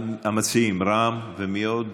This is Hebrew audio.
המציעים, רם ומי עוד?